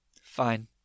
Fine